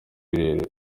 rurerure